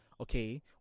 Okay